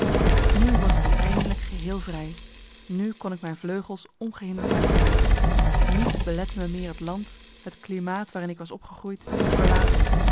nu was ik dan eindelijk geheel vrij nu kon ik mijn vleugels ongehinderd uitslaan niets belette me meer het land het klimaat waarin ik was opgegroeid te verlaten